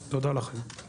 ותודה גם על הסיכום במיוחד.